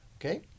okay